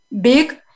big